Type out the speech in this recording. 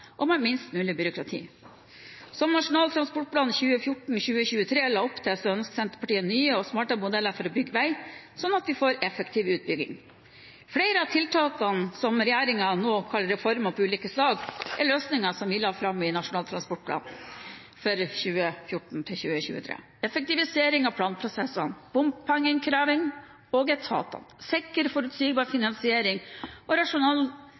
og med minst mulig byråkrati. Som Nasjonal transportplan 2014–2023 la opp til, ønsker Senterpartiet nye og smartere modeller for å bygge vei, slik at vi får en effektiv utbygging. Flere av de tiltakene regjeringen nå kaller reformer av ulike slag, er løsninger som vi la fram i Nasjonal transportplan for 2014–2023: effektivisere planprosessene, bompengeinnkrevingen og etatene sikre forutsigbar finansiering og